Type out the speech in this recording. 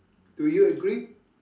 do you agree